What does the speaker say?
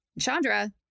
Chandra